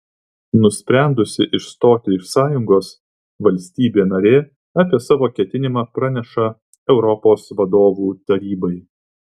nusprendusi išstoti iš sąjungos valstybė narė apie savo ketinimą praneša europos vadovų tarybai